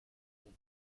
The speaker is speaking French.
mon